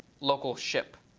local ship.